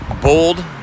bold